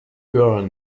girl